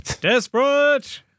Desperate